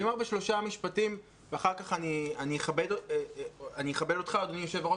אני אומר שלושה משפטים ואחר-כך אני אכבד אותך אדוני היושב-ראש